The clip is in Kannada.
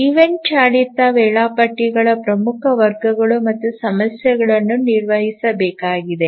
ಈವೆಂಟ್ ಚಾಲಿತ ವೇಳಾಪಟ್ಟಿಗಳ ಪ್ರಮುಖ ವರ್ಗಗಳು ಮತ್ತು ಸಮಸ್ಯೆಗಳನ್ನು ನಿರ್ವಹಿಸಬೇಕಾಗಿದೆ